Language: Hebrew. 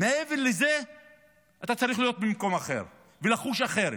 ומעבר לזה אתה צריך להיות במקום אחר ולחוש אחרת.